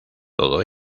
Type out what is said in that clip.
todo